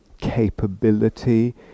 capability